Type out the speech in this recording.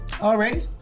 Already